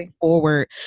forward